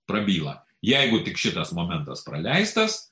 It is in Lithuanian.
prabyla jeigu tik šitas momentas praleistas